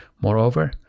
moreover